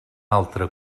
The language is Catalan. altre